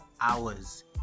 hours